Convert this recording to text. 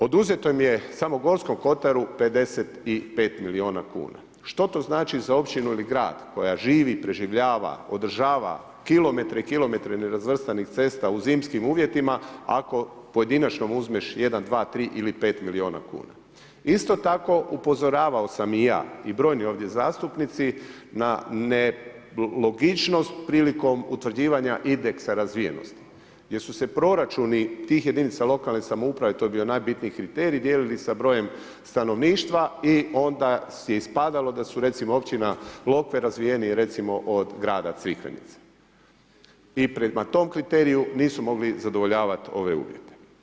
Oduzeto im je samo u Gorskom kotaru 55 milijuna kuna. što to znači za općinu ili grad koja živi, preživljava, održava kilometre i kilometre nerazvrstanih cesta u zimskim uvjetima, ako pojedinačno uzmeš jedan, dva, tri ili 5 milijuna kuna? isto tako upozoravao sam i ja i brojni ovdje zastupnici na nelogičnost prilikom utvrđivanja indeksa razvijenosti jer su se proračuni tih jedinica lokalne samouprave, to je bio najbitniji kriterij, dijelili sa brojem stanovništva i onda je ispadalo da je općina Lokve razvijeniji od grada Crikvenice i prema tom kriteriju nisu mogli zadovoljavat ove uvjete.